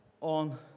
on